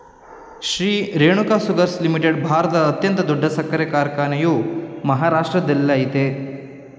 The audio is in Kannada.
ಶ್ರೀ ರೇಣುಕಾ ಶುಗರ್ಸ್ ಲಿಮಿಟೆಡ್ ಭಾರತದ ಅತ್ಯಂತ ದೊಡ್ಡ ಸಕ್ಕರೆ ಕಾರ್ಖಾನೆಯು ಮಹಾರಾಷ್ಟ್ರದಲ್ಲಯ್ತೆ